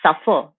suffer